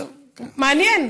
זאת אומרת, מעניין.